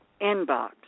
inbox